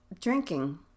drinking